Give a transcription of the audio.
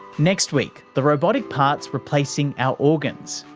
next week, the robotic parts replacing our organs,